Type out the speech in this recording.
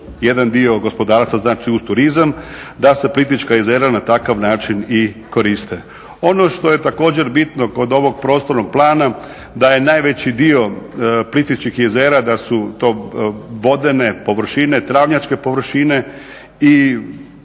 jedan dio gospodarstva znači uz turizam da se Plitvička jezera na takav način i koriste. Ono što je također bitno kod ovog prostornog plana da je najveći dio Plitvičkih jezera da su to vodene površine, travnjačke površine i